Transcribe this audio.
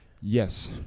Yes